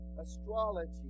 astrology